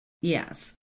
yes